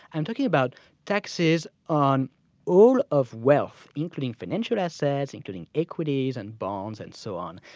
i'm talking about taxes on all of wealth, including financial assets, including equities and bonds, and so on.